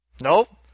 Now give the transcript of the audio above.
Nope